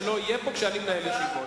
שלא יהיה פה כשאני מנהל ישיבות.